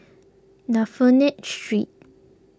Dafne Street